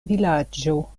vilaĝo